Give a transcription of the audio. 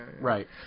Right